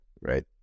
right